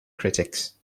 critics